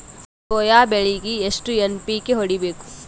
Soya ಬೆಳಿಗಿ ಎಷ್ಟು NPK ಹೊಡಿಬೇಕು?